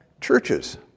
churches